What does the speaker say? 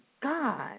God